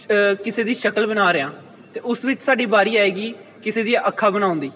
ਕਿਸੇ ਦੀ ਸ਼ਕਲ ਬਣਾ ਰਿਹਾਂ ਅਤੇ ਉਸ ਵਿੱਚ ਸਾਡੀ ਵਾਰੀ ਆਏਗੀ ਕਿਸੇ ਦੀਆਂ ਅੱਖਾਂ ਬਣਾਉਣ ਦੀ